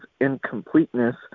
incompleteness